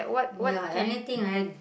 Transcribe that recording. ya anything I